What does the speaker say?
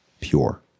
pure